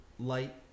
light